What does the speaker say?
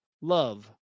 love